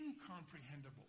incomprehensible